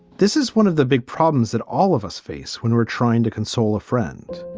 this is one of the big problems that all of us face when we're trying to console a friend,